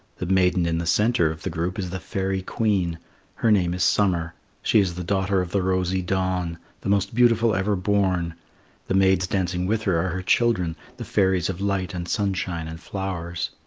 the maiden in the centre of the group is the fairy queen her name is summer she is the daughter of the rosy dawn the most beautiful ever born the maidens dancing with her are her children, the fairies of light and sunshine and flowers.